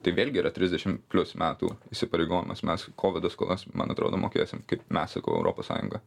tai vėlgi yra trisdešim plius metų įsipareigojimas mes kovido skolas man atrodo mokėsim kaip mes sakau europos sąjunga